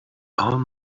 old